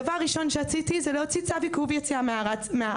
דבר ראשון שעשיתי זה להוציא צו עיכוב יציאה מהארץ,